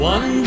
One